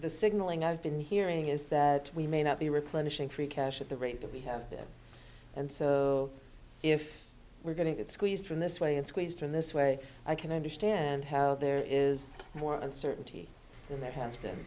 the signaling i've been hearing is that we may not be replenishing free cash at the rate that we have and so if we're going to get squeezed from this way and squeezed in this way i can understand how there is more uncertainty than that has been